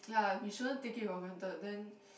ya we shouldn't taking it for granted then